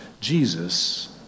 Jesus